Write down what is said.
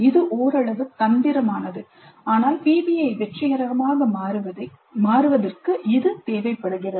இது ஓரளவு தந்திரமானது ஆனால் PBI வெற்றிகரமாக மாறுவதற்கு இது தேவைப்படுகிறது